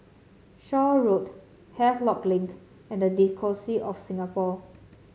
Shaw Road Havelock Link and the Diocese of Singapore